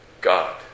God